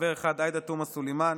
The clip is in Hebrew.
חבר אחד: עאידה תומא סלימאן,